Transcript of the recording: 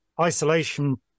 isolation